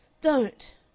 Don't